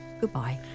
Goodbye